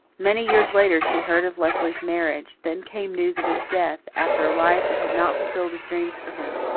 many years later she heard of leslie's marriage then came news of his death, after a life that had not fulfilled his dreams for him.